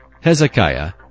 Hezekiah